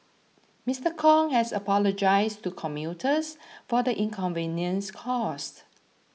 Mister Kong has apologised to commuters for the inconvenience caused